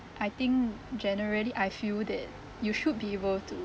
I think generally I feel that you should be able to